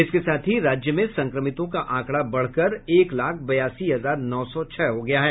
इसके साथ ही राज्य में संक्रमितों का आंकड़ा बढ़कर एक लाख बयासी हजार नौ सौ छह हो गया है